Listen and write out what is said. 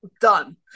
done